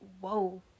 whoa